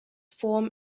form